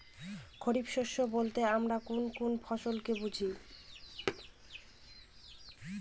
খরিফ শস্য বলতে আমরা কোন কোন ফসল কে বুঝি?